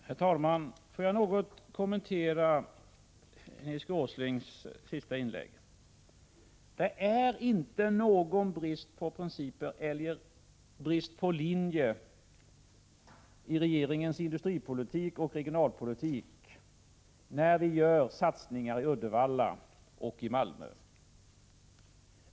Herr talman! Jag vill något kommentera Nils G. Åslings sista inlägg. Det innebär inte någon brist på principer eller brist på linjer i regeringens industripolitik och regionalpolitik när vi gör satsningarna i Uddevalla och Malmö.